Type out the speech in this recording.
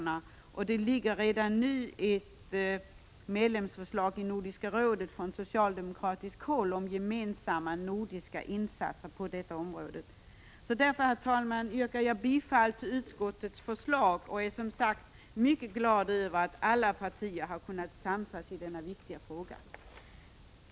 Redan nu föreligger ett medlemsförslag i Nordiska rådet från socialdemokratiskt håll om gemensamma nordiska insatser på detta område. Därför, herr talman, yrkar jag bifall till utskottets förslag. Och jag är, som sagt, mycket glad över att alla partier har kunnat samsas i denna viktiga fråga. — Prot. 1985/86:140 14 maj 1986